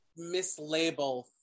mislabel